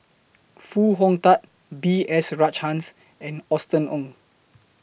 Foo Hong Tatt B S Rajhans and Austen Ong